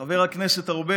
חבר הכנסת ארבל,